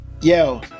yo